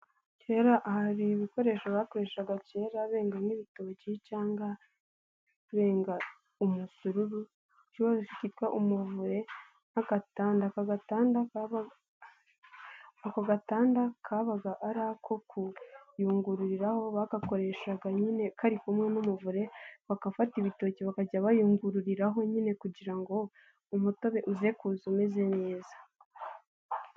Kera hari ibikoresho bakoreshaga kera benga nk'ibitoki cyangwa benga umusururu, igikoresho kitwa umuvure n' agatanda. Aka gatanda kabaga ari Ako kuyungururiraho, bagakoreshaga nyine kari kumwe n'umuvure, bagafata ibitoki, bakajya bayungururiraho nyine, kugira ngo umutobe uze kuza umeze neza.